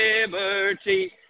liberty